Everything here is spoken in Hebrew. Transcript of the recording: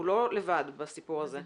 הוא לא לבד בסיפור הזה.